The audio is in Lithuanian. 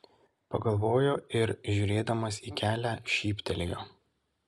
pagalvojo ir žiūrėdamas į kelią šyptelėjo